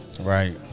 Right